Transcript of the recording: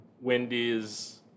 Wendy's